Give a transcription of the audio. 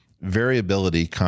variability